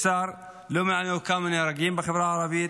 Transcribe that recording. יש שר שלא מעניין אותו כמה נהרגים בחברה הערבית,